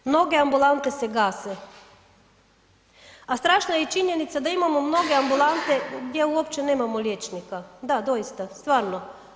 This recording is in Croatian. Mnoge ambulante se gase, a strašna je i činjenica da imamo mnoge ambulante gdje uopće nemamo liječnika, da doista, stvarno.